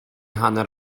hanner